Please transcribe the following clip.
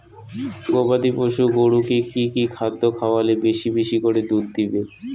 গবাদি পশু গরুকে কী কী খাদ্য খাওয়ালে বেশী বেশী করে দুধ দিবে?